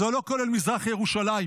זה לא כולל את מזרח ירושלים,